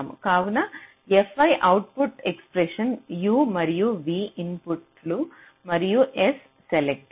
కావున fi output expression u మరియు v ఇన్పుట్లు మరియు s సెలెక్ట్